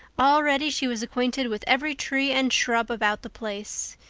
already she was acquainted with every tree and shrub about the place.